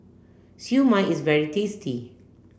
Siew Mai is very tasty